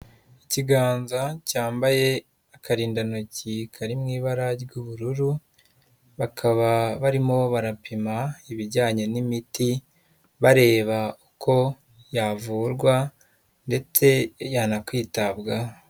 Ikiganza cyambaye akarindantoki kari mu ibara ry'ubururu, bakaba barimo barapima ibijyanye n'imiti bareba uko yavurwa ndetse yana kwitabwaho.